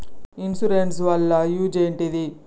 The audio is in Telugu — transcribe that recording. ఇన్సూరెన్స్ వాళ్ల యూజ్ ఏంటిది?